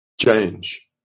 change